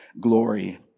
glory